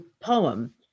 poem